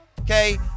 okay